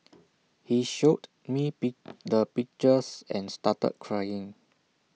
he showed me beat the pictures and started crying